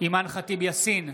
אימאן ח'טיב יאסין,